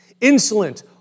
insolent